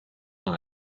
dans